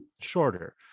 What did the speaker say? shorter